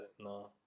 no